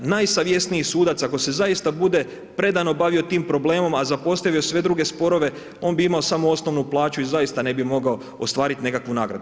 Najsavjesniji sudac ako se zaista bude predano bavio tim problemom a zapostavio sve druge sporove, on bi imao samo osnovu plaću i zaista ne bi mogao ostvariti nekakvu nagradu.